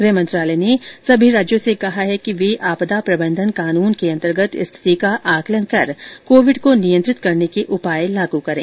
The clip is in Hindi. गृह मंत्रालय ने सभी राज्यों से कहा है कि वे आपदा प्रबंधन कानून के अंतर्गत स्थिति का आकलन कर कोविड को नियंत्रित करने के उपाय लागू करें